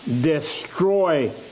destroy